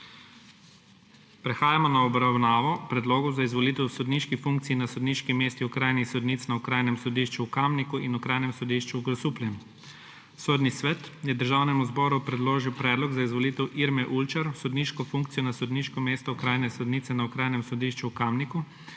Prehajamo na obravnavo **Predlogov za izvolitev v sodniški funkciji na sodniški mesti okrajnih sodnic na Okrajnem sodišču v Kamniku in Okrajnem****sodišču v Grosupljem**. Sodni svet je Državnemu zboru predložil predlog za izvolitev Irme Ulčar v sodniško funkcijo na sodniško mesto okrajne sodnice na Okrajnem sodišču v Kamniku